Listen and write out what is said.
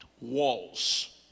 walls